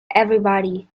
everybody